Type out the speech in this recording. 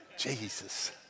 Jesus